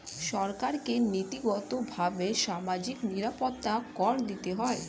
সরকারকে নীতিগতভাবে সামাজিক নিরাপত্তা কর দিতে হয়